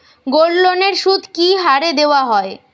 গোল্ডলোনের সুদ কি হারে দেওয়া হয়?